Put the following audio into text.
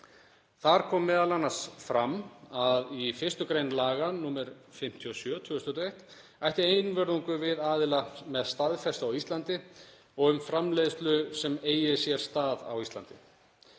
Þar kom m.a. fram að 1. gr. laga nr. 57/2021 ætti einvörðungu við aðila með staðfestu á Íslandi og um framleiðslu sem eigi sér stað á Íslandi.